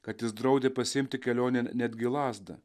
kad jis draudė pasiimti kelionėn netgi lazdą